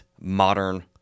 modern